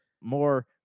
more